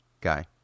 guy